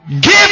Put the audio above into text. give